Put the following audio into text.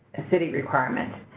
a city requirement,